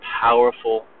powerful